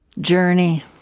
journey